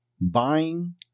buying